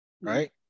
right